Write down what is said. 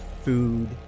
food